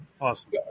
Awesome